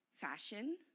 fashion